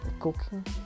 cooking